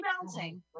bouncing